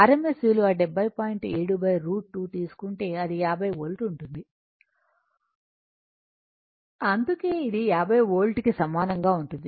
7 √ 2 తీసుకుంటే అది 50 వోల్ట్ ఉంటుంది అందుకే ఇది 50 వోల్ట్ కి సమానంగా ఉంటుంది